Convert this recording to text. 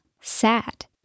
sad